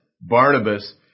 Barnabas